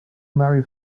marry